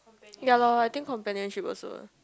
ya lor I think companionship also